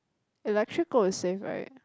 electrical is safe right